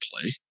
play